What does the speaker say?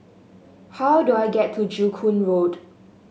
how do I get to Joo Koon Road